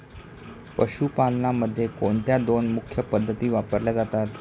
पशुपालनामध्ये कोणत्या दोन मुख्य पद्धती वापरल्या जातात?